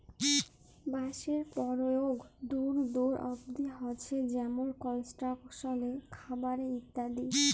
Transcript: বাঁশের পরয়োগ দূর দূর অব্দি হছে যেমল কলস্ট্রাকশলে, খাবারে ইত্যাদি